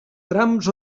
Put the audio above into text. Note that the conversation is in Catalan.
trams